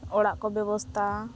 ᱚᱲᱟᱜᱠᱚ ᱵᱮᱵᱚᱥᱛᱷᱟ